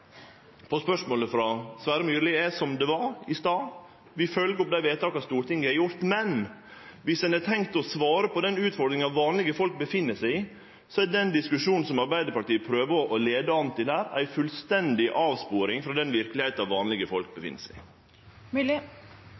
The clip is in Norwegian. på spørsmålet frå Sverre Myrli er som det var i stad: Vi følgjer opp dei vedtaka som Stortinget har gjort. Men dersom ein har tenkt å svare på den utfordringa vanlege folk opplever, er den diskusjonen som Arbeidarpartiet prøver å føre an der, ei fullstendig avsporing frå den verkelegheita vanlege folk